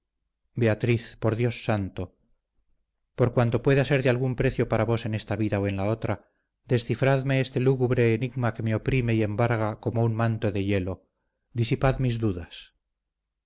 beatriz por dios santo por cuanto pueda ser de algún precio para vos en esta vida o en la otra descifradme este lúgubre enigma que me oprime y embarga como un manto de hielo disipad mis dudas